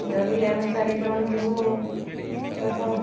ଯଦି ଆମେ ଚାରିଜଣ ଯିବୁ ଛୋଟ